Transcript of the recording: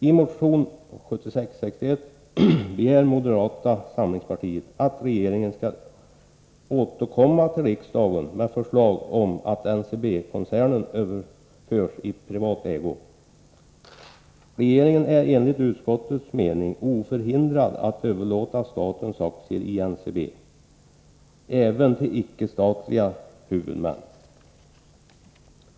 I motion 2761 begär moderata samlingspartiet att regeringen skall återkomma till riksdagen med förslag om att NCB-koncernen överförs i privat ägo. Regeringen är enligt utskottets mening oförhindrad att överlåta statens aktier i NCB även till icke-statliga huvudmän.